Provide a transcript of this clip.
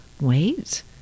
Wait